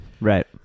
right